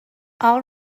all